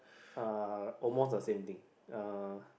uh almost the same thing uh